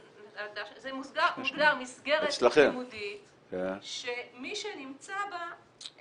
זה מוגדר מסגרת לימודית שמי שנמצא בה,